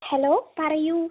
hello പറയൂ